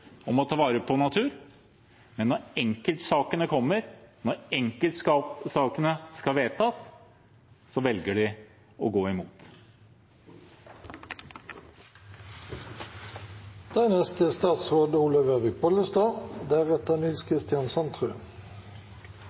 ta vare på natur. Men når enkeltsakene kommer, når enkeltsakene skal vedtas, velger de å gå